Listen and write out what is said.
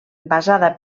basada